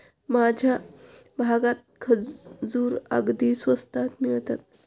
माझ्या भागात खजूर अगदी स्वस्तात मिळतात